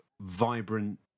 vibrant